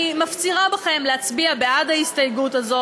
אני מפצירה בכם להצביע בעד ההסתייגות הזאת,